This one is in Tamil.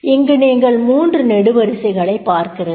இங்கு நீங்கள் 3 நெடுவரிசைகளைப் பார்க்கிறீர்கள்